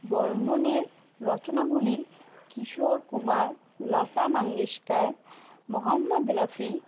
বর্মনের রচনাগুলি কিশোর কুমার লতা মঙ্গেশকর মহম্মদ রফি